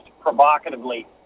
provocatively